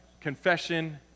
Confession